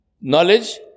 knowledge